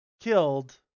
killed